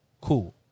Cool